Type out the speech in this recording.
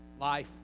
life